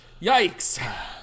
Yikes